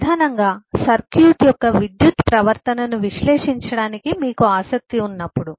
ప్రధానంగా సర్క్యూట్ యొక్క విద్యుత్ ప్రవర్తనను విశ్లేషించడానికి మీకు ఆసక్తి ఉన్నప్పుడు